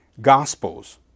gospels